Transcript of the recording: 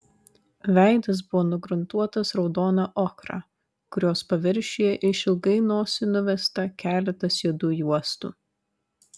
veidas buvo nugruntuotas raudona ochra kurios paviršiuje išilgai nosį nuvesta keletas juodų juostų